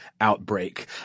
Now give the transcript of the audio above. outbreak